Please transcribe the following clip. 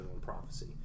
prophecy